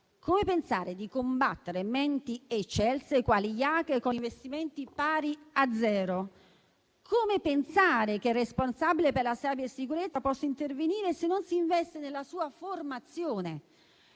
può pensare di combattere menti eccelse quali quelle degli *hacker* con investimenti pari a zero? Come si può pensare che il responsabile per la cybersicurezza possa intervenire se non si investe nella sua formazione?